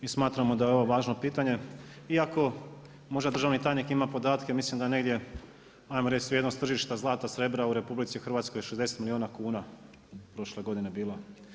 I smatramo da je ovo važno pitanje iako možda državni tajnik ima podatke, mislim da je negdje, ajmo reći vrijednost tržišta zlata, srebra u RH je 60 milijuna kuna prošle godine bilo.